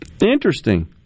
Interesting